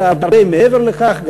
אלא הרבה מעבר לכך,